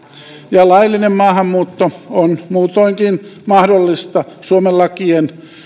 ja laillinen maahanmuutto on muutoinkin mahdollista suomen lakien